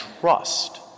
trust